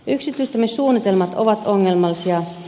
yksityistämissuunnitelmat ovat ongelmallisia